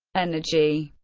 energy